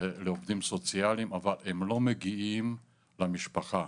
לעובדים סוציאליים, אבל הם לא מגיעים למשפחה,